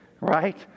right